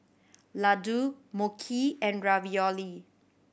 Ladoo Mochi and Ravioli